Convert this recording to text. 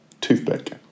toothpick